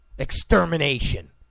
extermination